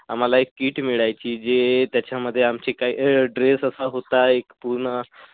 आम्हाला एक किट मिळायची जे त्याच्यामध्ये आमचे काय ड्रेस असा होता एक पूर्ण